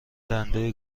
دنده